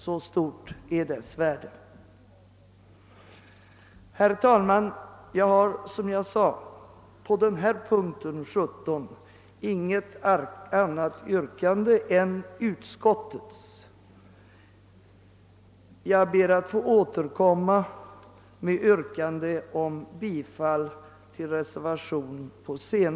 Så stort är dess värde. Herr talman! Beträffande punkt 17 har jag som sagt samma yrkande som utskottet, men på en senare punkt ber jag att få återkomma med yrkande om bifall till reservationen.